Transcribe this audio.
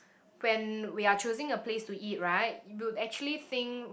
when we are choosing a place to eat right we would actually think